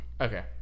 Okay